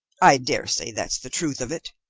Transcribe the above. i daresay that's the truth of it.